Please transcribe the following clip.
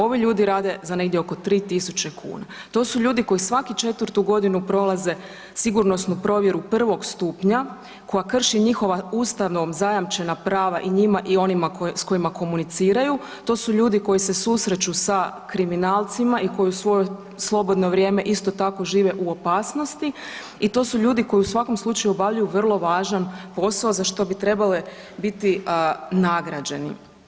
Ovi ljude rade za negdje oko 3.000 kuna, to su ljudi koji svaku 4 godinu prolaze sigurnosnu provjeru I stupnja koja krši njihova Ustavom zajamčena prava i njima i onima s kojima komuniciraju, to su ljudi koji se susreću sa kriminalcima i koji svoje slobodno vrijeme isto tako žive u opasnosti i to su ljudi koji u svakom slučaju obavljaju vrlo važan posao za što bi trebale biti nagrađeni.